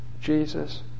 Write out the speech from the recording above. Jesus